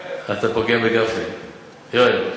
יואל,